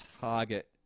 target